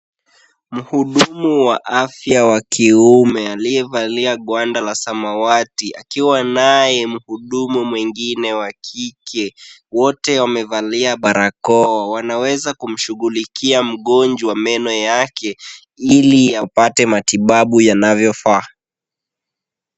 Mhudumu wa afya wa kiume aliyevalia gwanda la samawati, akiwa naye mhudumu mwingine wa kike, wote wamevalia barakoa ,wanaweza kumshughlikia mgonjwa meno yake, ili apate matibabu yanavyofaa.